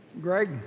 Greg